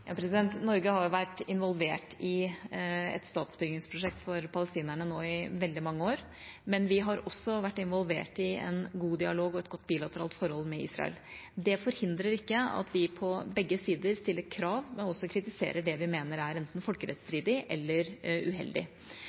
Norge har vært involvert i et statsbyggingsprosjekt for palestinerne nå i veldig mange år, men vi har også vært involvert i en god dialog og et godt bilateralt forhold med Israel. Det forhindrer ikke at vi stiller krav til begge sider, og også kritiserer det vi mener er folkerettsstridig eller uheldig.